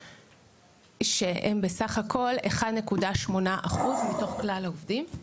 שהם בסך הכול 1.8 אחוזים מתוך כלל העובדים.